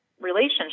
relationship